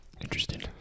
Interesting